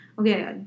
okay